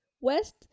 West